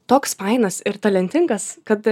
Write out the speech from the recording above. toks fainas ir talentingas kad